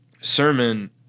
sermon